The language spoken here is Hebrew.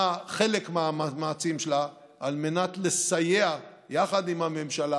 חלק מהמאמצים שלה על מנת לסייע יחד עם הממשלה